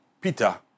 Peter